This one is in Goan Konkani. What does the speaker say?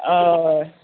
होय